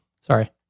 Sorry